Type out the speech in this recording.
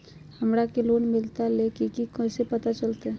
हमरा के लोन मिलता ले की न कैसे पता चलते?